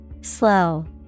slow